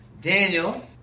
Daniel